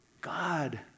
God